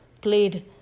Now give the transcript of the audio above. played